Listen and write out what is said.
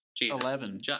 Eleven